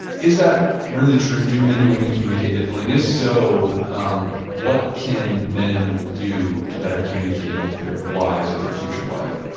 is that really true? do men and women communicate differently? and if so, um what can men do to better communicate with their wives or their future wife?